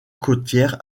côtière